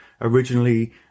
Originally